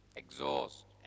exhaust